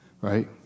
Right